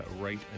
right